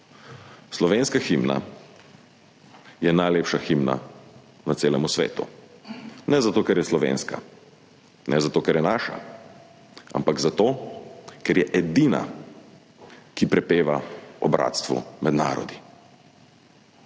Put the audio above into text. Slovenska himna je najlepša himna na celem svetu, ne zato, ker je slovenska, ne zato, ker je naša, ampak zato, ker je edina, ki prepeva o bratstvu med narodi.